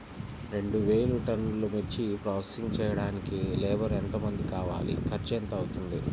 రెండు వేలు టన్నుల మిర్చి ప్రోసెసింగ్ చేయడానికి లేబర్ ఎంతమంది కావాలి, ఖర్చు ఎంత అవుతుంది?